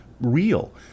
real